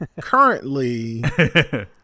currently